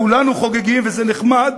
כולנו חוגגים, וזה נחמד.